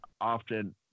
often